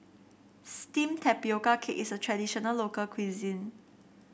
steamed Tapioca Cake is a traditional local cuisine